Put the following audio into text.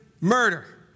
murder